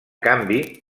canvi